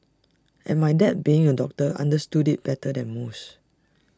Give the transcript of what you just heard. and my dad being A doctor understood IT better than most